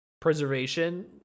preservation